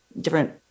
different